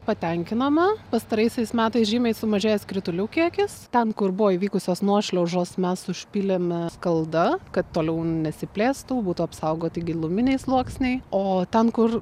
patenkinama pastaraisiais metais žymiai sumažėjęs kritulių kiekis ten kur buvo įvykusios nuošliaužos mes užpylėme skalda kad toliau nesiplėstų būtų apsaugoti giluminiai sluoksniai o ten kur